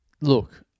look